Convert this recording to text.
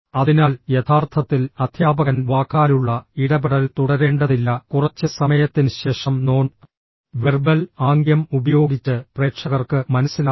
അതിനാൽ യഥാർത്ഥത്തിൽ അധ്യാപകൻ വാക്കാലുള്ള ഇടപെടൽ തുടരേണ്ടതില്ല കുറച്ച് സമയത്തിന് ശേഷം നോൺ വെർബൽ ആംഗ്യം ഉപയോഗിച്ച് പ്രേക്ഷകർക്ക് മനസ്സിലാകും